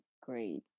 great